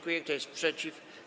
Kto jest przeciw?